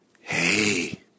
Hey